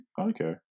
Okay